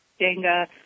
Denga